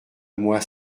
moi